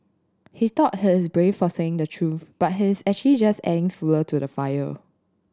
he thought he's brave for saying the truth but he's actually just adding fuel to the fire